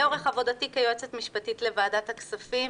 לאורך עבודתי כיועצת משפטית לוועדת הכספים